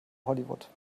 hollywood